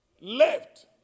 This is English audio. left